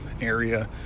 area